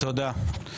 תודה.